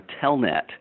Telnet